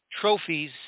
trophies